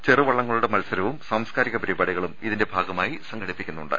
ചെറുവള്ളങ്ങളുടെ മത്സരങ്ങളും സാംസ്കാരിക പരി പാടികളും ഇതിന്റെ ഭാഗമായി സംഘടിപ്പിക്കുന്നുണ്ട്